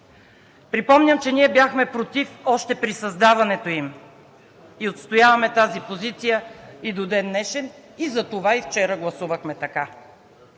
Припомням, че ние бяхме против още при създаването им и отстояваме тази позиция до ден днешен, и затова вчера гласувахме така.